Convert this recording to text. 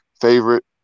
favorite